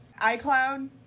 iCloud